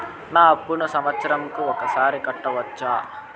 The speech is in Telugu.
నా అప్పును సంవత్సరంకు ఒకసారి కట్టవచ్చా?